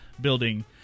building